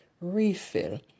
Refill